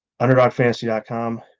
underdogfantasy.com